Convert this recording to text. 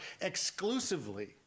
exclusively